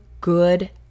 good